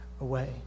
away